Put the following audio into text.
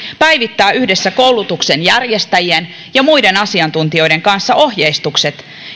päivittää yhdessä koulutuksen järjestäjien ja muiden asiantuntijoiden kanssa ohjeistukset